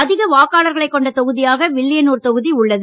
அதிக வாக்காளர்களை கொண்ட தொகுதியாக வில்லியனுர் தொகுதி உள்ளது